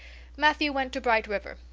matthew went to bright river.